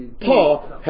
Paul